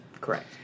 Correct